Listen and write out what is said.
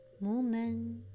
movement